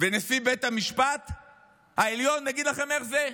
נשיא בית המשפט העליון, נגיד לכם איך זה: